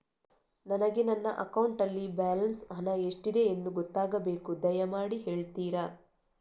ನನಗೆ ನನ್ನ ಅಕೌಂಟಲ್ಲಿ ಬ್ಯಾಲೆನ್ಸ್ ಹಣ ಎಷ್ಟಿದೆ ಎಂದು ಗೊತ್ತಾಗಬೇಕು, ದಯಮಾಡಿ ಹೇಳ್ತಿರಾ?